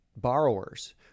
borrowers